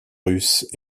russes